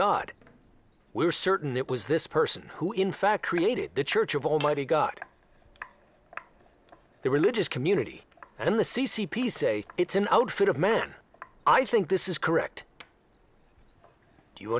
god we are certain it was this person who in fact created the church of almighty god the religious community and the c c p say it's an outfit of man i think this is correct do you